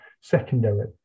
secondary